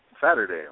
Saturday